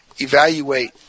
evaluate